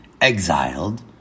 exiled